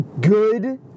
good